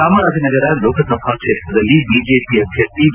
ಚಾಮರಾಜನಗರ ಲೋಕಸಭಾ ಕ್ಷೇತ್ರದಲ್ಲಿ ಬಿಜೆಪಿ ಅಭ್ಯರ್ಥಿ ವಿ